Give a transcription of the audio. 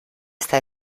esta